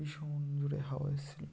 ভীষণ জোরে হাওয়া এসসিলো